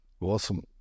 Awesome